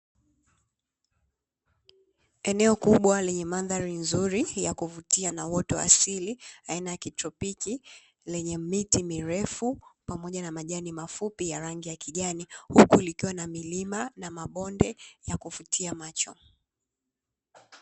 Eneo kubwa lenye mandhari nzuri ya kuvutia na uoto wa asili aina ya kitropiki, lenye miti mirefu pamoja na majani mafupi ya rangi ya kijani. Huku likiwa na milima, na mabonde ya kuvutia macho.